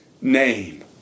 name